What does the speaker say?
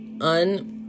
un-